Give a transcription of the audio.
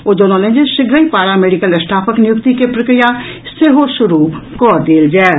ओ जनौलनि जे शीघ्रहि पारा मेडिकल स्टाफक नियुक्ति के प्रक्रिया सेहो शुरू कऽ देल जायत